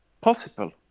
possible